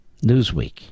Newsweek